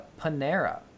Panera